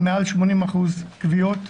מעל 80% כוויות,